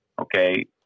Okay